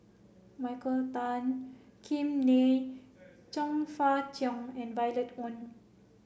Michael Tan Kim Nei Chong Fah Cheong and Violet Oon